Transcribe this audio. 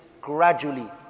gradually